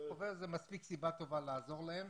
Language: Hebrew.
זאת מספיק סיבה טובה לעזור להם.